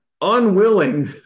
unwilling